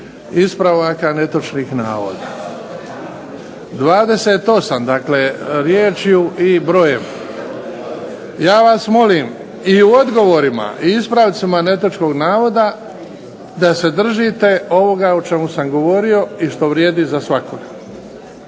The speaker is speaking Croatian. ispravaka netočnih navoda. 28 dakle riječju i brojem. Ja vas molim i u odgovorima i ispravcima netočnog navoda da se držite ovoga o čemu sam govorio i što vrijedi za svakoga.